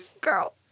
girl